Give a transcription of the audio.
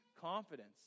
confidence